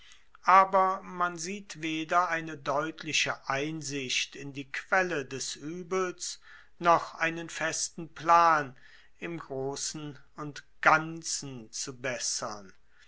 aber man sieht weder eine deutliche einsicht in die quelle des uebels noch einen festen plan im grossen und ganzen zu bessern